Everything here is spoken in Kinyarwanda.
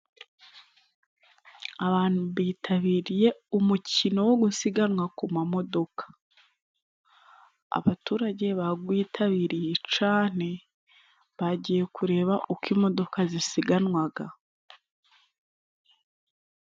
Abantu bitabiriye umukino wo gusiganwa ku mamodoka. Abaturage bagwitabiriye cane, bagiye kureba uko imodoka zisiganwaga.